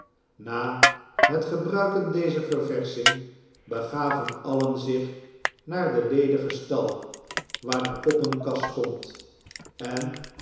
na het gebruiken dezer verversching begaven alien zich naar den ledigen stal waar de poppenkast stond en